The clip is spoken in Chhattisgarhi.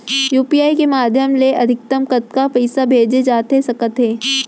यू.पी.आई के माधयम ले अधिकतम कतका पइसा भेजे जाथे सकत हे?